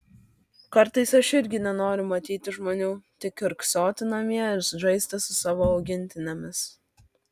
kartais aš irgi nenoriu matyti žmonių tik kiurksoti namie ir žaisti su savo augintinėmis